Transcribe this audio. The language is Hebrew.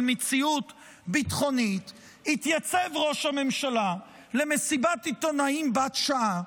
מציאות ביטחונית יתייצב ראש הממשלה למסיבת עיתונאים בת שעה,